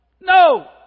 No